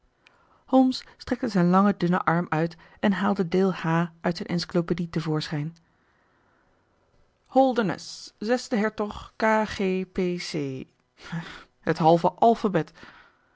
holmes strekte zijn langen dunnen arm uit en haalde deel h uit zijn encyclopaedie te voorschijn holdernesse zesde hertog k g p c het halve alphabet